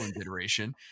iteration